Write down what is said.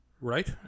Right